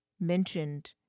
mentioned